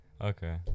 Okay